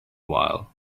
while